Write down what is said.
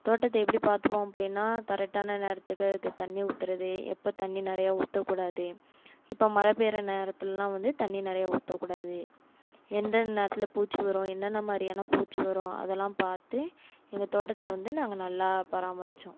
தோட்டத்தை எப்படி பார்த்துப்போம் அப்படின்னா கரெட்டான நேரத்துக்கு அதுக்கு தண்ணியை ஊற்றுறது எப்போ தண்ணியை நிறையா ஊற்றக் கூடாது இப்போ மழை பெய்கிற நேரத்துலெலாம் வந்து தண்ணி நிறைய ஊற்றக் கூடாது எந்த நேரத்தில் பூச்சி வரும் என்னென்ன மாதிரியான பூச்சி வரும் அதெல்லாம் பார்த்து எங்கள் தோட்டத்தை வந்து நாங்கள் நல்லா பராமரித்தோம்